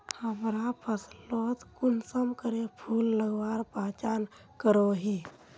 हमरा फसलोत कुंसम करे फूल लगवार पहचान करो ही?